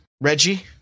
Reggie